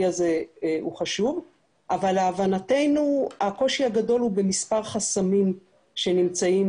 הזה הוא חשוב אבל להבנתנו הקושי הגדול הוא במספר חסמים שנמצאים